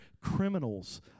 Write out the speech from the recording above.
criminals